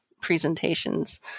presentations